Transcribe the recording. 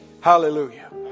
Hallelujah